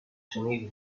sonido